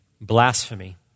blasphemy